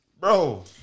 bro